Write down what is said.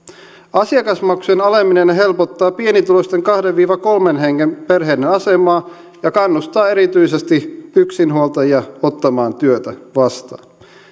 asiakasmaksujen aleneminen helpottaa pienituloisten kahden viiva kolmen hengen perheiden asemaa ja kannustaa erityisesti yksinhuoltajia ottamaan työtä vastaan